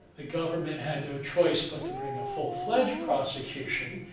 the government had no choice, but to bring a full-fledged prosecution,